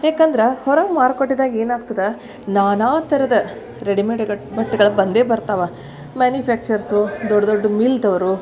ಯಾಕಂದ್ರೆ ಹೊರಗೆ ಮಾರುಕಟ್ಟೆದಾಗ ಏನಾಗ್ತದೆ ನಾನಾ ಥರದ ರೆಡಿಮೇಡ್ ಗಟ್ ಬಟ್ಟೆಗಳು ಬಂದೇ ಬರ್ತಾವೆ ಮ್ಯಾನುಫ್ಯಾಕ್ಚರ್ಸು ದೊಡ್ಡ ದೊಡ್ಡ ಮಿಲ್ದವರು